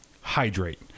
hydrate